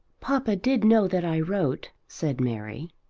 papa did know that i wrote, said mary.